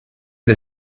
the